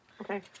Okay